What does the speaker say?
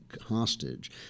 hostage